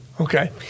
Okay